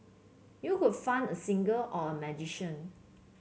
you could fund a singer or a magician